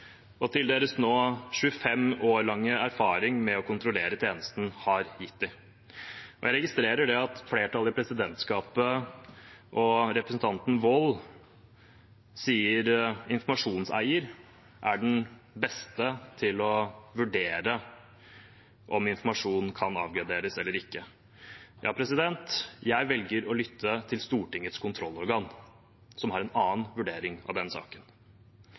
og til det som deres nå 25 år lange erfaring med å kontrollere tjenesten har gitt dem. Jeg registrerer at flertallet i presidentskapet og representanten Wold sier informasjonseier er den beste til å vurdere om informasjon kan avgraderes eller ikke. Jeg velger å lytte til Stortingets kontrollorgan, som har en annen vurdering av den saken.